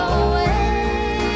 away